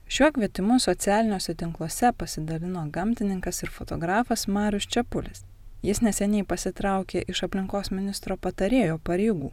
šiuo kvietimu socialiniuose tinkluose pasidalino gamtininkas ir fotografas marius čepulis jis neseniai pasitraukė iš aplinkos ministro patarėjo pareigų